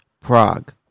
Prague